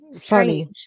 funny